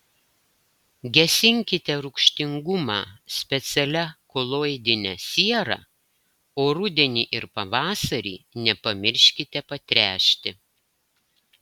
gesinkite rūgštingumą specialia koloidine siera o rudenį ir pavasarį nepamirškite patręšti